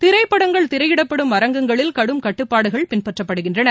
திரைப்படங்கள் திரையிடப்படும் அரங்கங்களில் கடும் கட்டுப்பாடுகள் பின்பற்றப் படுகின்றன